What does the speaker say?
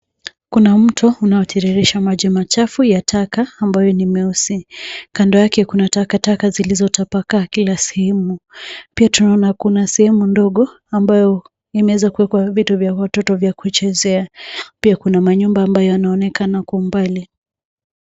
Kuna mto unaotiririsha maji machafu ya taka ambayo ni meusi. Kando yake kuna takataka zilizotapakaa kila sehemu. Pia tunaona kuna sehemu ndogo ambayo imewezakuwekwa vitu vya watoto vya kuchezea. pia kuna manyumba ambayo yanaonekana kwa umbali.